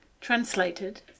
Translated